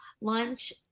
Lunch